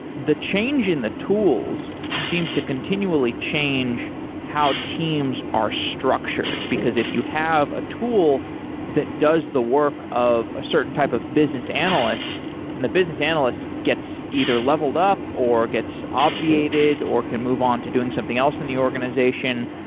the change in the tools seems to continually change how teams are structured, because if you have a tool that does the work of a certain type of business analyst and the business analyst gets either leveled up, or gets obviated, or can move on to doing something else in the organization,